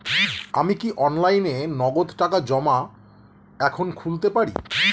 আমি কি অনলাইনে নগদ টাকা জমা এখন খুলতে পারি?